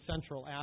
central